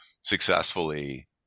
successfully